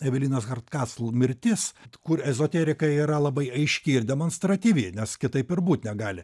evelinos hartkasl mirtis kur ezoterika yra labai aiški ir demonstratyvi nes kitaip ir būt negali